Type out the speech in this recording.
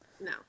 No